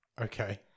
Okay